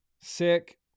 sick